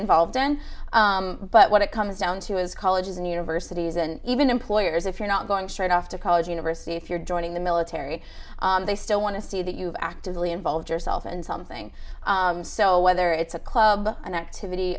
involved in but what it comes down to is colleges and universities and even employers if you're not going straight off to college or university if you're joining the military they still want to see that you've actively involved yourself and something so whether it's a club an activity